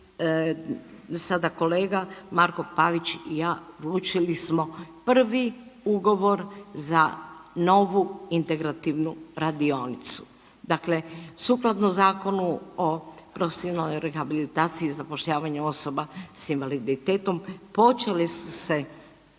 sada kolega Marko Pavić i ja odlučili smo prvi ugovor za novu integrativnu radionicu. Dakle, sukladno Zakonu o profesionalnoj rehabilitaciji i zapošljavanju osoba s invaliditetom, počeli su se